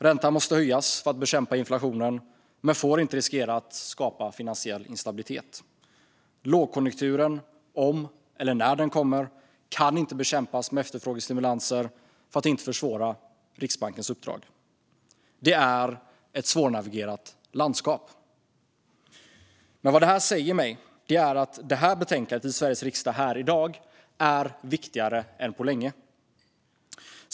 Räntan måste höjas för att bekämpa inflationen, men det får inte riskera att skapa finansiell instabilitet. Lågkonjunkturen - om eller när den kommer - kan inte bekämpas med efterfrågestimulanser för att inte försvåra Riksbankens uppdrag. Det är ett svårnavigerat landskap. Men vad det säger mig är att detta betänkande i Sveriges riksdag här i dag är viktigare än på länge.